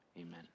amen